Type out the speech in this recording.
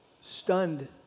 stunned